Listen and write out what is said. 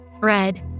red